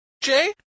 Jay